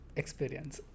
experience